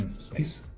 Space